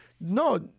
no